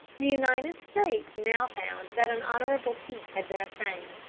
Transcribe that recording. the united states now found that an honorable peace had been obtained,